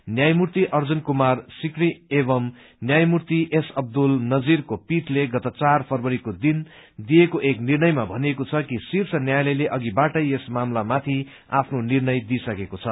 न्यायमूर्ति अर्जन कुमार सिकरी एंव न्यायामूर्ति एस अब्हुल नजीरको पीठले गत चार फरवरीमा दिइएको एक निर्णयमा बताइएको छ कि शीर्ष अदालतले पहिले नै यस मामिलामा आफ्नो निष्रय दिइसकेको छ